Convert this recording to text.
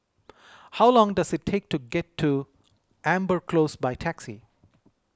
how long does it take to get to Amber Close by taxi